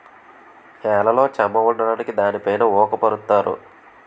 నేలలో చెమ్మ ఉండడానికి దానిపైన ఊక పరుత్తారు